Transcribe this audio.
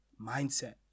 mindset